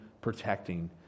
protecting